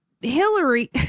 Hillary